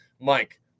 Mike